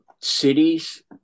cities